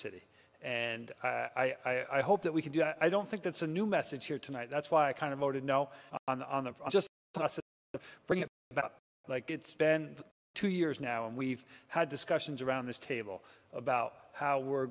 city and i hope that we can do i don't think that's a new message here tonight that's why i kind of voted no on that just to bring it about like it's been two years now and we've had discussions around this table about how we're